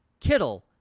Kittle